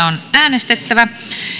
on äänestettävä